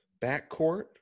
backcourt